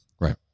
Right